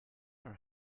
are